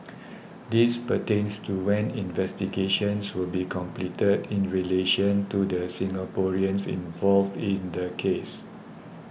this pertains to when investigations will be completed in relation to the Singaporeans involved in the case